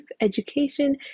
education